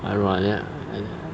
I don't know lah ya I